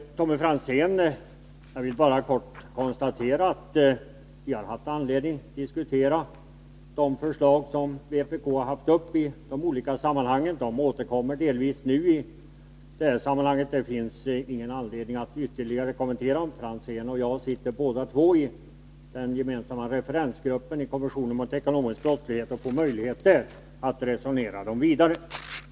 Jag vill bara kort konstatera, Tommy Franzén, att vi har haft anledning att diskutera de förslag som vpk har lagt fram i olika sammanhang. De återkommer delvis nu, och det finns inget skäl att ytterligare kommentera dem. Tommy Franzén och jag sitter båda i den gemensamma referensgruppen i kommissionen mot ekonomisk brottslighet och har möjlighet att där resonera vidare.